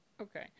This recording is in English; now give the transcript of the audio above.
Okay